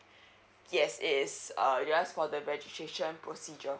yes it is uh you ask for the registration procedure